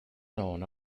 known